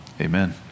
Amen